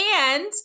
And-